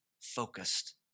focused